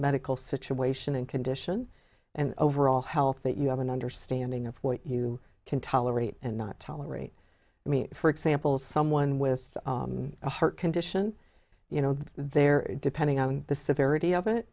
medical situation and condition and overall health that you have an understanding of what you can tolerate and not tolerate i mean for example someone with a heart condition you know there depending on the severity of it